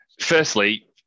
firstly